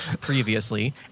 previously –